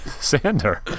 sander